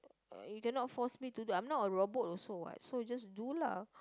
you cannot force me to do I'm not a robot also what so just do lah